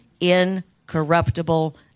incorruptible